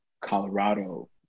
Colorado